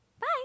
Bye